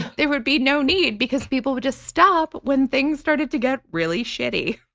there would be no need because people would just stop when things started to get really shitty.